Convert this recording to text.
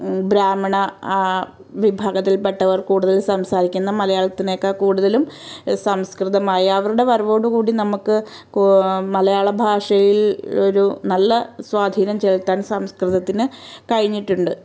ബ്രാഹ്മണ വിഭാഗത്തിൽപെട്ടവർ കൂടുതൽ സംസാരിക്കുന്നത് മലയാളത്തിനേക്കാൾ കൂട്തലും സംസ്കൃതമായ അവരുടെ വരവോടുകൂടി നമുക്ക് മലയാളഭാഷയിൽ ഒരു നല്ല സ്വാധീനം ചെലുത്താൻ സംസ്കൃതത്തിന് കഴിഞ്ഞിട്ടുണ്ട്